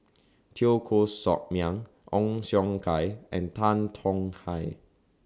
Teo Koh Sock Miang Ong Siong Kai and Tan Tong Hye